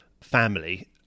family